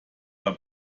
war